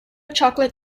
chocolate